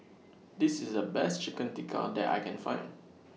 This IS The Best Chicken Tikka that I Can Find